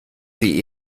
sie